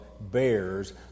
bears